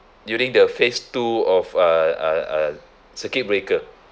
during the phase two of uh uh uh circuit breaker